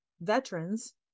veterans